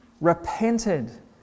repented